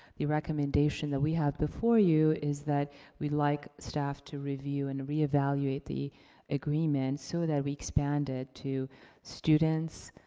the recommendation that we have before you is that we'd like staff to review and reevaluate the agreement so that we expand it to students,